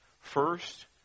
First